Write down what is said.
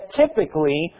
typically